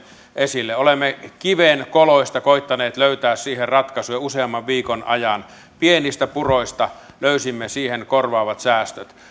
esille olemme kivenkoloista koettaneet löytää siihen ratkaisua jo useamman viikon ajan pienistä puroista löysimme siihen korvaavat säästöt